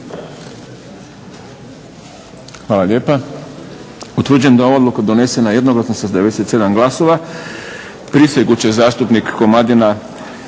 Hvala lijepa.